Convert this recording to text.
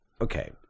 okay